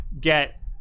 get